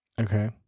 Okay